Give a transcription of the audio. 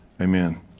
Amen